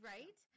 Right